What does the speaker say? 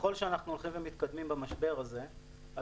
ככל שאנחנו הולכים ומתקדמים במשבר הזה,